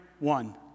one